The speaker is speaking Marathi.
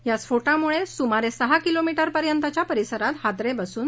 या स्फोटामुळं सुमारे सहा किलोमीटरपर्यंतच्या परिसरात हादरे बसले